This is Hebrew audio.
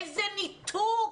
איזה ניתוק.